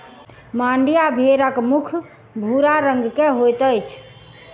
मांड्या भेड़क मुख भूरा रंग के होइत अछि